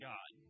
God